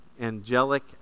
angelic